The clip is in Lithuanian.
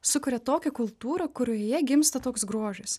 sukuria tokią kultūrą kurioje gimsta toks grožis